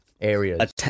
areas